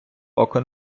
око